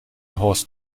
horse